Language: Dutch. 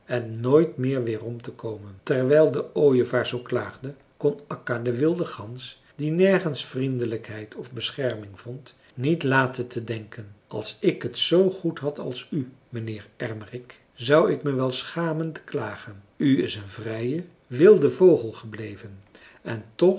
en nooit meer weerom te komen terwijl de ooievaar zoo klaagde kon akka de wilde gans die nergens vriendelijkheid of bescherming vond niet laten te denken als ik het zoo goed had als u mijnheer ermerik zou ik me wel schamen te klagen u is een vrije wilde vogel gebleven en toch